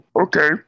Okay